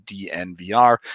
DNVR